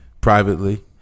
privately